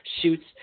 shoots